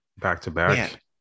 back-to-back